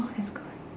!wah! that's good